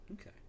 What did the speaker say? Okay